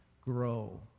grow